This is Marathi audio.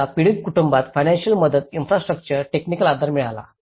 तर एकदा पीडित कुटुंबांना फीनंसिअल मदत इन्फ्रास्ट्रउच्चर टेकनिक आधार मिळाला